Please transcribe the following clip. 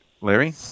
Larry